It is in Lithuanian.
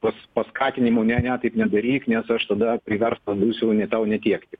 pas paskatinimų ne ne taip nedaryk nes aš tada priverstas būsiu tau netiekti